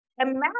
imagine